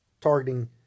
targeting